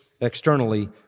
externally